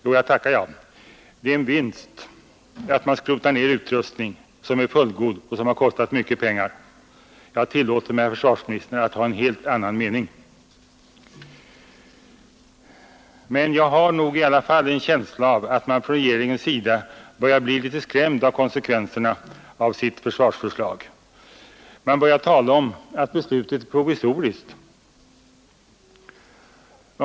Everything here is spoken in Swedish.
Jo, jag tackar jag — det är en vinst att man skrotar ned utrustning som är fullgod och som har kostat mycket pengar. Jag tillåter mig, herr försvarsminister, att ha en helt annan mening. Men jag har nog i alla fall en känsla av att man inom regeringen börjar bli litet skrämd inför konsekvenserna av sitt försvarsförslag. Man börjar tala om att beslutet är ”provisoriskt”.